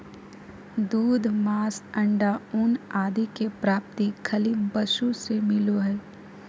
दूध, मांस, अण्डा, ऊन आदि के प्राप्ति खली पशु से मिलो हइ